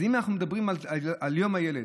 אז אם אנחנו מדברים על יום הילד,